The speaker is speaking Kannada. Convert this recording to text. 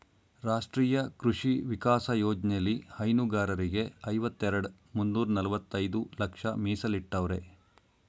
ರಾಷ್ಟ್ರೀಯ ಕೃಷಿ ವಿಕಾಸ ಯೋಜ್ನೆಲಿ ಹೈನುಗಾರರಿಗೆ ಐವತ್ತೆರೆಡ್ ಮುನ್ನೂರ್ನಲವತ್ತೈದು ಲಕ್ಷ ಮೀಸಲಿಟ್ಟವ್ರೆ